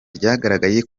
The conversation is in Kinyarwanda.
ryagaragaje